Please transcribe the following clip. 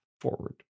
forward